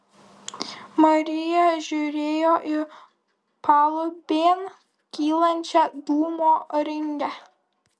marija žiūrėjo į palubėn kylančią dūmo ringę